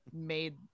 made